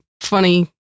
funny